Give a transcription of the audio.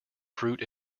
fruit